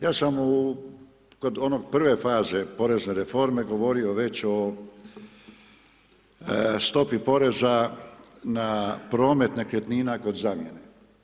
Ja sam kod one prve faze porezne reforme govorio već o stopi poreza na promet nekretnina kod zamjene.